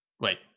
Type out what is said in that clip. Wait